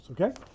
okay